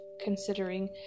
considering